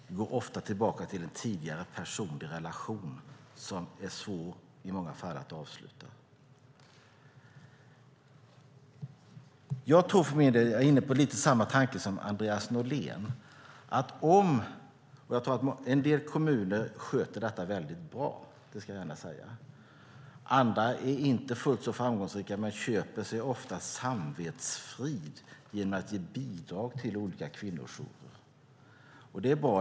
Det går ofta tillbaka till en tidigare personlig relation som i många fall är svår att avsluta. Jag är inne på lite samma tanke som Andreas Norlén. En del kommuner sköter detta väldigt bra. Det ska jag gärna säga. Andra är inte fullt så framgångsrika men köper sig oftast samvetsfrid genom att ge bidrag till olika kvinnojourer. Det är bra.